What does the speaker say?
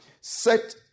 set